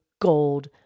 gold